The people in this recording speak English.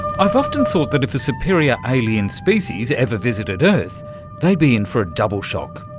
i've often thought that if a superior alien species ever visited earth they'd be in for a double shock.